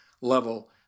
level